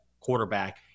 quarterback